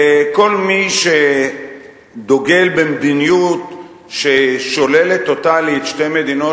וכל מי שדוגל במדיניות ששוללת טוטלית שתי מדינות